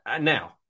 now